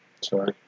Sorry